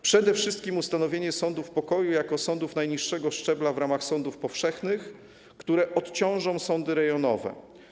Przede wszystkim ustanowienie sądów pokoju jako sądów najniższego szczebla w ramach sądów powszechnych, które odciążą sądy rejonowe.